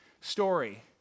story